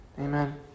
Amen